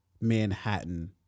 Manhattan